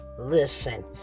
Listen